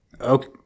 Okay